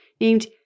named